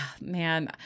man